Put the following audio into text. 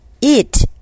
eat